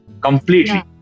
completely